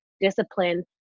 discipline